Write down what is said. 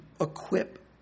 equip